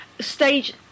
Stage